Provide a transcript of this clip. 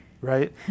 right